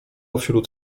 wśród